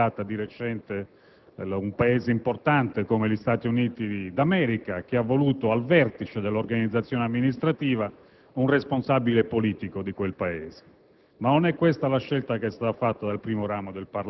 chiaramente anche all'organizzazione che si è dato di recente un Paese importante come gli Stati Uniti d'America, che ha voluto al vertice dell'organizzazione amministrativa un responsabile politico di quel Paese.